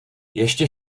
ještě